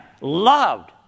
loved